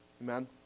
Amen